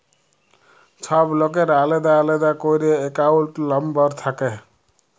ছব লকের আলেদা আলেদা ক্যইরে একাউল্ট লম্বর থ্যাকে